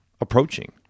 approaching